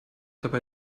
dabei